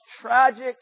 tragic